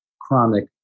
chronic